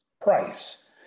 price